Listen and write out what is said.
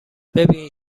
ببین